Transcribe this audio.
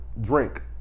Drink